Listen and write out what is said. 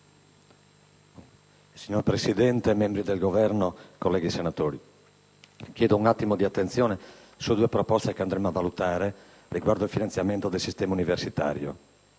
Signor Presidente, membri del Governo, colleghi senatori, chiedo un attimo di attenzione su due proposte che andremo a valutare, riguardo il finanziamento del sistema universitario.